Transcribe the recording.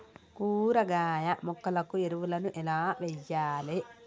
కూరగాయ మొక్కలకు ఎరువులను ఎలా వెయ్యాలే?